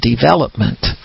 development